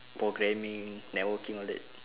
programming networking all that